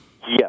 Yes